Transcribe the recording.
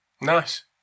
Nice